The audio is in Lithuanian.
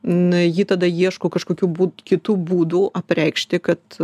na ji tada ieško kažkokių būd kitų būdų apreikšti kad